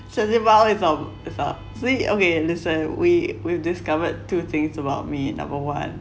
char siew bao is a is a swe~ okay listen we we've discovered two things about me number one